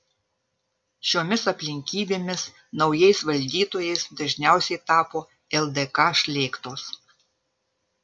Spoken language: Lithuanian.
šiomis aplinkybėmis naujais valdytojais dažniausiai tapo ldk šlėktos